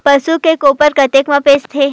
पशु के गोबर कतेक म बेचाथे?